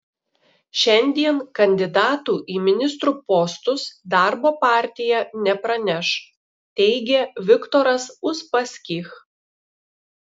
šiandien kandidatų į ministrų postus darbo partija nepraneš teigia viktoras uspaskich